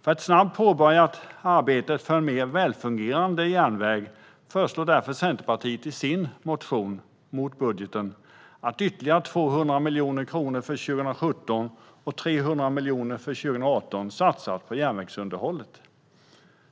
För att snabbt påbörja arbetet för en mer välfungerande järnväg föreslår därför Centerpartiet i sin budgetmotion att ytterligare 200 miljoner kronor för 2017 och 300 miljoner kronor för 2018 satsas på järnvägsunderhållet.